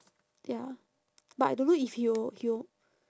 ya but I don't know if he will he will